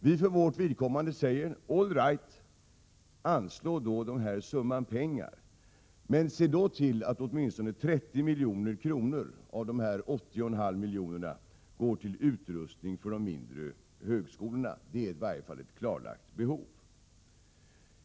Vi för vårt vidkommande säger: All right, anslå denna summa pengar, men se då till att åtminstone 30 milj.kr. av detta går till utrustning av de mindre högskolorna. Det är i varje fall ett klarlagt behov.